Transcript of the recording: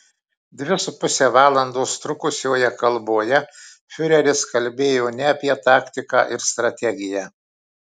dvi su puse valandos trukusioje kalboje fiureris kalbėjo ne apie taktiką ir strategiją